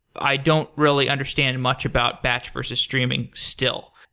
i don't really understand much about batch versus streaming still,